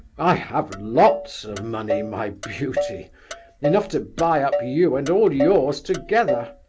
i have lots of money, my beauty enough to buy up you and all yours together.